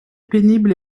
pénible